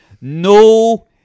No